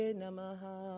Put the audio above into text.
namaha